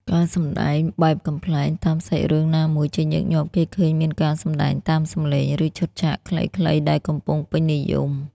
ការសម្ដែងបែបកំប្លែងតាមសាច់រឿងណាមួយជាញឹកញាប់គេឃើញមានការសម្ដែងតាមសំឡេង ឬឈុតឆាកខ្លីៗដែលកំពុងពេញនិយម។